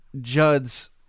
Judd's